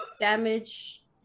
damage